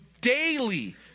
daily